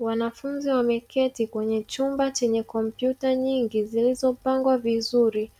Wanafunzi wameketi kwenye chumba chenye kompyuta nyingi zilizopangwa vizuri,